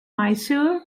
mysore